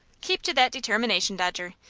keep to that determination, dodger,